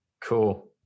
Cool